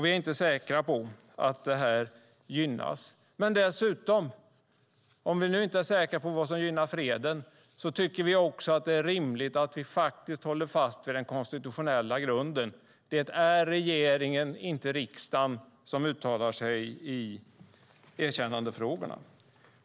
Vi är inte säkra på att det gynnas. Dessutom - om vi nu inte är säkra på vad som gynnar freden - tycker vi att det är rimligt att vi håller fast vid den konstitutionella grunden: Det är regeringen, och inte riksdagen, som uttalar sig i erkännandefrågorna.